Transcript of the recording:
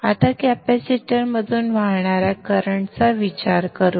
आता कॅपेसिटरमधून वाहणाऱ्या करंट चा विचार करू